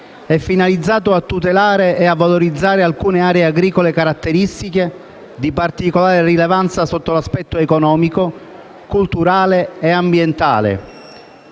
è finalizzato a tutelare e valorizzare alcune aree agricole caratteristiche di particolare rilevanza sotto l'aspetto economico, culturale e ambientale,